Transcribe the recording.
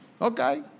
Okay